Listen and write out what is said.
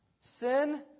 Sin